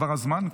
עבר הזמן.